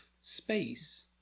space